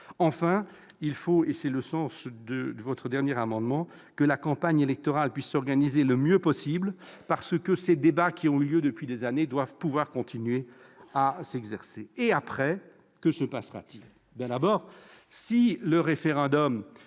Enfin, et c'est le sens de votre dernier amendement, il faut que la campagne électorale puisse s'organiser du mieux possible, ces débats, qui ont lieu depuis des années, devant pouvoir continuer sereinement. Après, que se passera-t-il ?